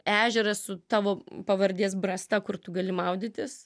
ežeras su tavo pavardės brasta kur tu gali maudytis